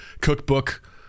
cookbook